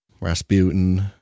Rasputin